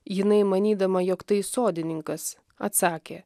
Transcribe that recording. jinai manydama jog tai sodininkas atsakė